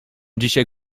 dzisiaj